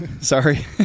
Sorry